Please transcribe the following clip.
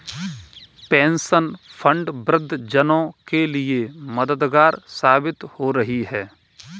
pension fund वृद्ध जनों के लिए मददगार साबित हो रही है